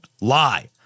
lie